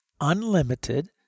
unlimited